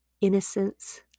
innocence